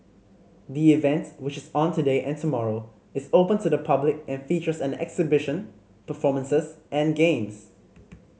the events which is on today and tomorrow is open to the public and features an exhibition performances and games